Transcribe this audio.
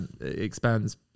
expands